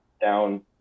down